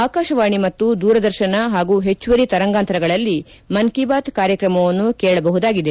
ಆಕಾಶವಾಣಿ ಮತ್ತು ದೂರದರ್ಶನ ಹಾಗೂ ಹೆಚ್ಚುವರಿ ತರಂಗಾಂತರಗಳಲ್ಲಿ ಮನ್ ಕಿ ಬಾತ್ ಕಾರ್ಯಕ್ರಮವನ್ನು ಕೇಳಬಹುದಾಗಿದೆ